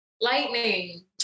Lightning